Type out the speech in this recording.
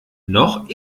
noch